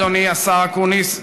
אדוני השר אקוניס,